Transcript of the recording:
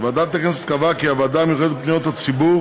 ועדת הכנסת קבעה כי הוועדה המיוחדת לפניות הציבור